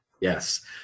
Yes